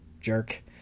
jerk